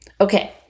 Okay